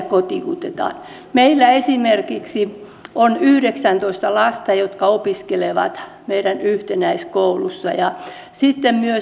mutta miksi meille ei sitten riitä että valtiovarainministeri stubb sanoi ensin sori siitä ja myöhemmin pyysi myös ihan kunnolla anteeksi eduskunnan edessä